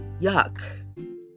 yuck